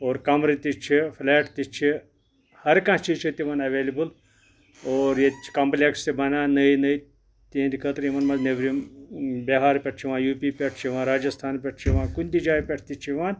اور کَمرٕ تہِ چھِ فٕلیٹ تہِ چھِ ہرکانٛہہ چیٖز چھُ تِمَن اٮ۪ویلبٕل اور ییٚتہِ چھِ کَمپلٮ۪کس تہِ بَنان نٕے نٕے تِہِنٛدِ خٲطرٕ یِمَن منٛز نٮ۪برِم بِہار پٮ۪ٹھ چھِ یِوان یوٗپی پٮ۪ٹھ چھِ یِوان راجِستھان پٮ۪ٹھ چھِ یِوان کُنہِ تہِ جایہِ پٮ۪ٹھ تہِ چھِ یِوان